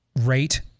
rate